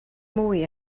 mwy